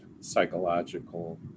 psychological